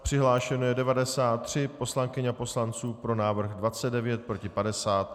Přihlášeno je 93 poslankyň a poslanců, pro návrh 29, proti 50.